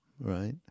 right